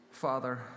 Father